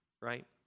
right